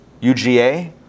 UGA